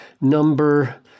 number